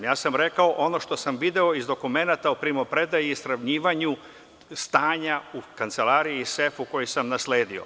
Rekao sam ono što sam video iz dokumenata o primopredaji i sravnjivanju stanja u kancelariji, sefu koji sam nasledio.